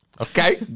Okay